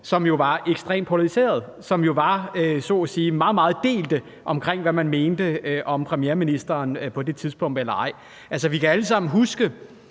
som jo var ekstremt polariseret, og hvor man var meget delt omkring, hvad man mente om premierministeren på det tidspunkt. Vi kan alle sammen huske,